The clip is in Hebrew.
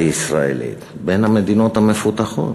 הישראלית בין המדינות המפותחות.